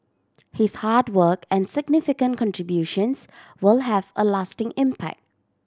his hard work and significant contributions will have a lasting impact